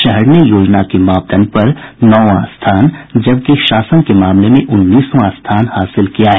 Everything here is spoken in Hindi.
शहर ने योजना के मापदंड पर नौवां स्थान जबकि शासन के मामले में उन्नीसवां स्थान हासिल किया है